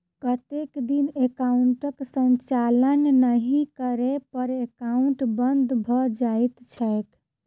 कतेक दिन एकाउंटक संचालन नहि करै पर एकाउन्ट बन्द भऽ जाइत छैक?